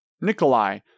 Nikolai